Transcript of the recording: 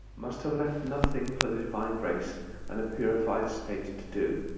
must have left nothing for the divine grace and a purified state to do,